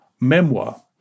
memoir